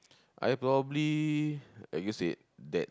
I probably like you said that